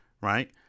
right